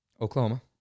Oklahoma